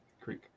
Creek